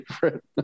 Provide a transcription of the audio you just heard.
favorite